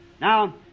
Now